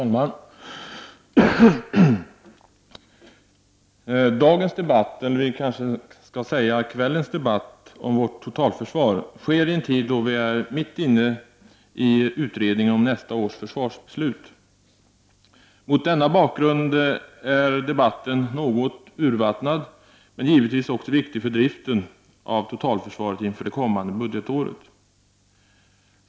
Herr talman! Dagens debatt — eller vi kanske skall säga kvällens debatt — om vårt totalförsvar sker i en tid då vi är mitt inne i utredningen om nästa års försvarsbeslut. Mot denna bakgrund är debatten något urvattnad men givetvis viktig för driften av totalförsvaret inför det kommande budgetåret.